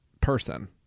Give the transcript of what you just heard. person